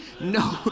No